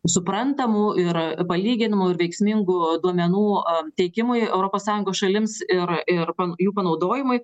suprantamų ir palyginamų ir veiksmingų duomenų teikimui europos sąjungos šalims ir ir jų panaudojimui